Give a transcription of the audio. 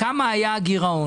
כמה היה הגרעון?